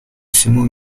всему